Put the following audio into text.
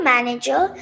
Manager